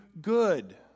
good